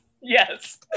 Yes